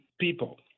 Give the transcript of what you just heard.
people